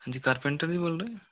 हाँ जी कारपेंटर जी बोल रहे हो